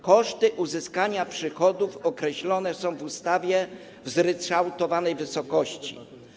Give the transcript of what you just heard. Koszty uzyskania przychodów określone są w ustawie w zryczałtowanej wysokości.